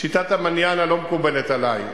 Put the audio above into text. שיטת ה"מניאנה" לא מקובלת עלי.